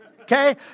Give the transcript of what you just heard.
okay